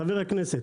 חבר הכנסת.